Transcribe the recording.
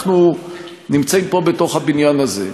אנחנו נמצאים פה בתוך הבניין הזה.